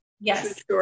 Yes